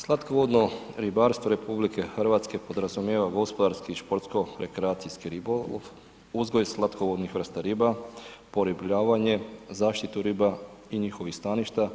Slatkovodno ribarstvo RH podrazumijeva gospodarski i športsko rekreacijski ribolov, uzgoj slatkovodnih vrsta riba, poribljavanje, zaštitu riba i njihovih staništa